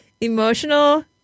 Emotional